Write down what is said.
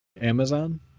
Amazon